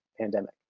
pandemic